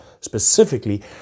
specifically